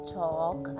talk